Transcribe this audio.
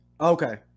Okay